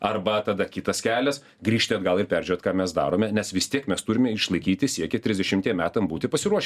arba tada kitas kelias grįžti atgal ir peržiūrėt ką mes darome nes vis tiek mes turime išlaikyti siekį trisdešimtiem metam būti pasiruošę